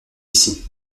ici